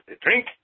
Drink